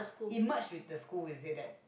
it merged with the school is it that